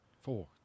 Four